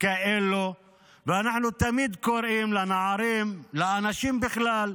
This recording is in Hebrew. כאלה ותמיד קוראים לנערים, לאנשים בכלל,